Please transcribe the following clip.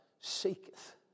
seeketh